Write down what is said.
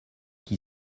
qui